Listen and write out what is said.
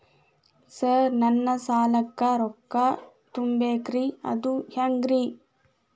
Sir ನನ್ನ ಸಾಲಕ್ಕ ರೊಕ್ಕ ತುಂಬೇಕ್ರಿ ಅದು ಹೆಂಗ್ರಿ?